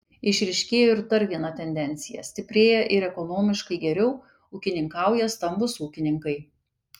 išryškėjo ir dar viena tendencija stiprėja ir ekonomiškai geriau ūkininkauja stambūs ūkininkai